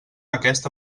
aquesta